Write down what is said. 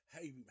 hey